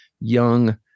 young